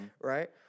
Right